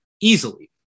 easily